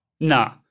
no